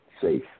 safe